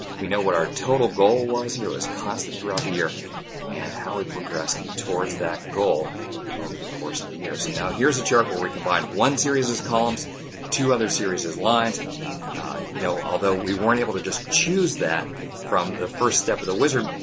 we know what our total goal was here is constant throughout the year and how we progress towards that goal over the course of the year. so now, here's a chart where we combine one series as columns to other series is lined you know, although we weren't able to just choose that from the first step of the wizard.